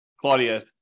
Claudia